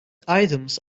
items